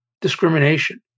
discrimination